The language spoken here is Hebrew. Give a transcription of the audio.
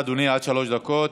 בבקשה, אדוני, עד שלוש דקות.